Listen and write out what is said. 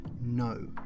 no